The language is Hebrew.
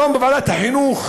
היום בוועדת החינוך